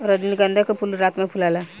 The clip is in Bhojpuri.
रजनीगंधा के फूल रात में फुलाला